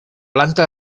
planta